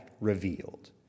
revealed